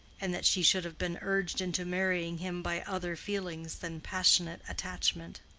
and that she should have been urged into marrying him by other feelings than passionate attachment.